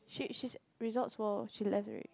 she she's Resorts World she left already